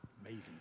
amazing